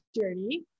journey